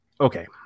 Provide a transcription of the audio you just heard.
Okay